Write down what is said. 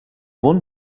one